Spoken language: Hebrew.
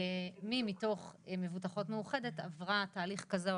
מי מתוך במוטחות מאוחדת עברה תהליך כזה או